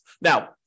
Now